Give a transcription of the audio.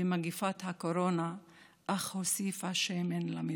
ומגפת הקורונה אך הוסיפה שמן למדורה.